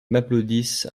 m’applaudissent